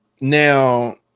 now